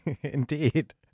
Indeed